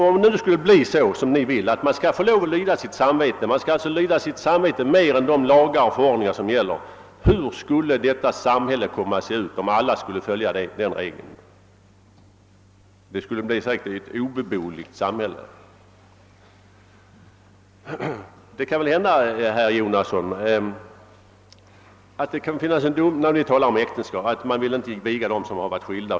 Om det nu skulle bli såsom ni vill, om man skulle få lov att lyda sitt samvete mer än de lagar och förordningar som gäller och alla skulle utnyttja den möjligheten — hur skulle då samhället komma att se ut? Det skulle säkerligen bli helt obeboeligt. Ni talar om präster som inte vill viga dem som är frånskilda.